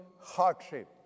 hardship